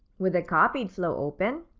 with the copied flow open,